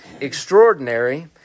extraordinary